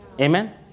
amen